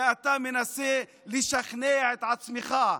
כי אתה מנסה לשכנע את עצמך.